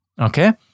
Okay